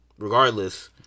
Regardless